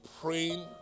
praying